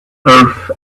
earth